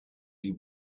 die